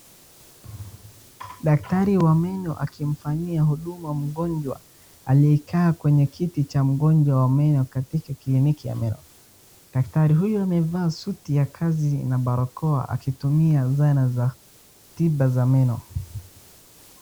Daktari wa meno akimfanyia huduma mgonjwa aliyekaa kwenye kiti cha mgonjwa wa meno katika kliniki ya meno, daktari huyo amevaa suti ya kazi na barakoa akitumia zana za tiba za meno.